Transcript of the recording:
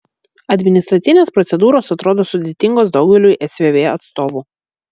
administracinės procedūros atrodo sudėtingos daugeliui svv atstovų